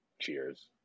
Cheers